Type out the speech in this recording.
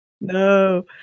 No